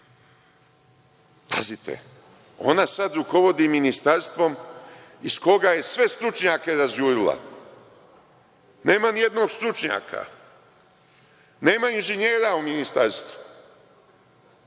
Pazite, ona sad rukovodi Ministarstvom iz koga je sve stručnjake razjurila. Nema ni jednog stručnjaka. Nema inženjera u Ministarstvu,